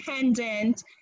independent